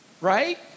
Right